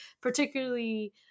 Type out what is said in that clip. particularly